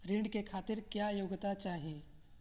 ऋण के खातिर क्या योग्यता चाहीं?